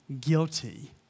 guilty